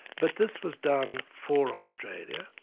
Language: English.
but this was done for australia,